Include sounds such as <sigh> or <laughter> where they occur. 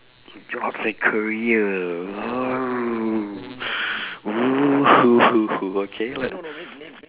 jobs and career oh <noise> okay what